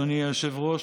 אדוני היושב-ראש,